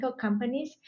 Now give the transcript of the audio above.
companies